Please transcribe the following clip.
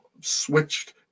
switched